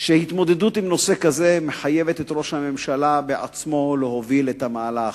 שהתמודדות עם נושא כזה מחייבת את ראש הממשלה בעצמו להוביל את המהלך,